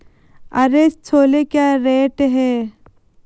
हरे छोले क्या रेट हैं?